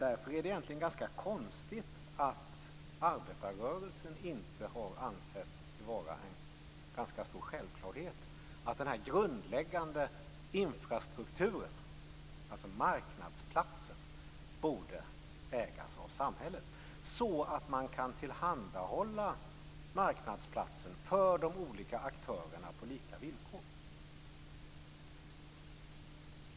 Därför är det egentligen ganska konstigt att arbetarrörelsen inte har ansett det vara en självklarhet att den grundläggande infrastrukturen, alltså marknadsplatsen, borde ägas av samhället så att man kan tillhandahålla marknadsplatsen för de olika aktörerna på lika villkor.